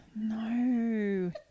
No